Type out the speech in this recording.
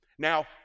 Now